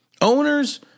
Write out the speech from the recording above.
owners